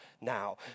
now